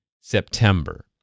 September